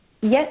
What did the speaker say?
yes